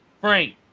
Frank